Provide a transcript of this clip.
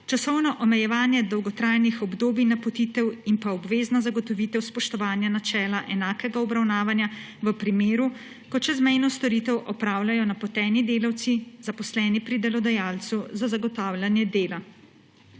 časovno omejevanje dolgotrajnih obdobij napotitev in obvezna zagotovitev spoštovanja načela enakega obravnavanja v primeru, ko čezmejno storitev opravljajo napoteni delavci, zaposleni pri delodajalcu za zagotavljanje dela.